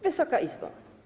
Wysoka Izbo!